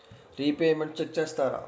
Repayments check చేస్తారా?